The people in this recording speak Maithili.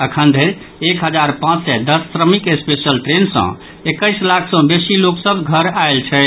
अखन धरि एक हजार पांच सय दस श्रमिक स्पेशल ट्रेन सँ एक्कैस लाख सँ बेसी लोक सभ घर आयल छथि